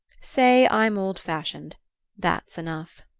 say i'm old-fashioned that's enough.